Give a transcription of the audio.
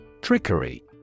Trickery